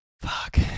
fuck